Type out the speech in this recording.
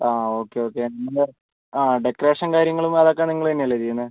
okay okay ഇനി എന്താ ആ ഡെക്കറേഷൻ കാര്യങ്ങളും അതൊക്കെ നിങ്ങൾ തന്നെ അല്ലെ ചെയ്യുന്നത്